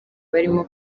barimo